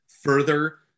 further